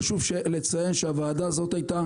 חשוב לציין שהוועדה הזאת הייתה